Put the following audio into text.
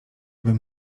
bym